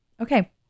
Okay